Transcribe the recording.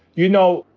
you know,